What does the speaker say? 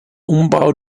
umbau